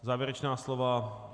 Závěrečná slova?